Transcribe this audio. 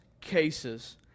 cases